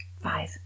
Five